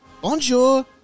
Bonjour